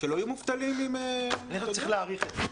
אני חושב שצריך להעריך את זה.